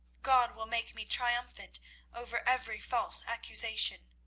god will make me triumphant over every false accusation.